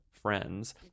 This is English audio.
friends